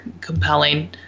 compelling